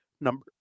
number